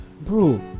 bro